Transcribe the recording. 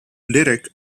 lyric